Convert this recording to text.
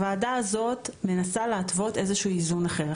הוועדה הזאת מנסה להתוות איזשהו איזון אחר.